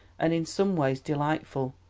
and in some ways delightful,